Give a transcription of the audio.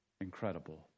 incredible